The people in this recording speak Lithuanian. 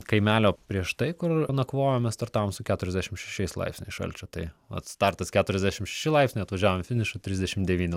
kaimelio prieš tai kur nakvojome startavom su keturiasdešim šešiais laipsniais šalčio tai vat startas keturiasdešimt šeši laipsniai atvažiavom į finišą trisdešimt devyni